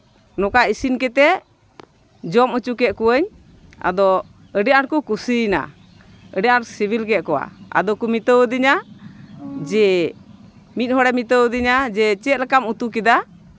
ᱱᱚᱝᱠᱟ ᱤᱥᱤᱱ ᱠᱟᱛᱮᱫ ᱡᱚᱢ ᱦᱚᱪᱚ ᱠᱮᱜ ᱠᱚᱣᱟᱧ ᱟᱫᱚ ᱟᱹᱰᱤ ᱟᱸᱴ ᱠᱚ ᱠᱩᱥᱤᱭᱮᱱᱟ ᱟᱹᱰᱤ ᱟᱸᱴ ᱥᱤᱵᱤᱞ ᱠᱮᱜ ᱠᱚᱣᱟ ᱟᱫᱚ ᱠᱚ ᱢᱮᱛᱟᱣᱫᱤᱧᱟ ᱡᱮ ᱢᱤᱫ ᱦᱚᱲᱮ ᱢᱮᱛᱟᱣ ᱫᱤᱧᱟᱹ ᱪᱮᱫ ᱞᱮᱠᱟᱢ ᱩᱛᱩ ᱠᱮᱫᱟ